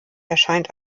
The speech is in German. erscheint